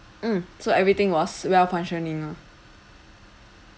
mm so everything was well functioning lah